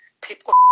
People